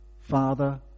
Father